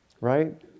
Right